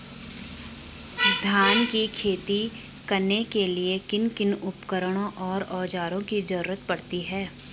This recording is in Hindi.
धान की खेती करने के लिए किन किन उपकरणों व औज़ारों की जरूरत पड़ती है?